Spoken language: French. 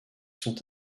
sont